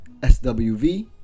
SWV